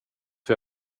för